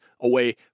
away